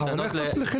אני בטור.